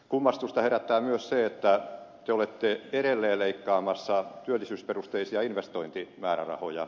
kummastusta herättää myös se että te olette edelleen leikkaamassa työllisyysperusteisia investointimäärärahoja